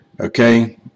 okay